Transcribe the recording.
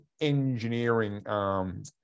engineering